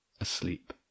asleep